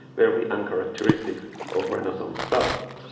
very uncharacteristic of renaissance style.